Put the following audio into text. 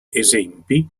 esempi